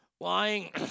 Lying